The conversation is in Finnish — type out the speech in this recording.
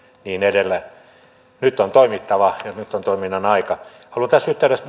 niin edelleen nyt on toimittava ja nyt on toiminnan aika haluan tässä yhteydessä